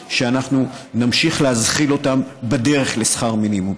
שנמשיך להזחיל אותם בדרך לשכר מינימום.